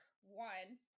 one